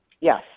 Yes